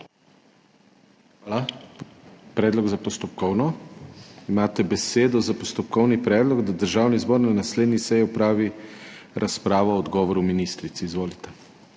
Hvala. Predlog za postopkovno. Imate besedo za postopkovni predlog, da Državni zbor na naslednji seji opravi razpravo o odgovoru ministric. Izvolite.